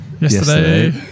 Yesterday